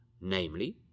Namely